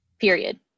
period